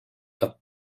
dat